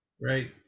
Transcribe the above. right